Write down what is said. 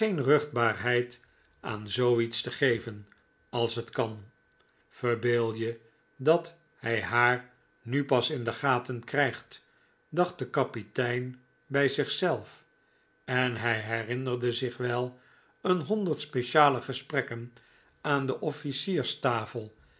geen ruchtbaarheid aan zoo iets te geven als het kan verbeel je dat hij haar nu pas in de gaten krijgt dacht de kapitein bij zichzelf en hij herinnerde zich wel een honderd speciale gesprekken aan de